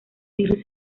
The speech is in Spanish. virus